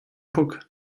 puck